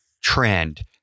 trend